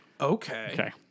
Okay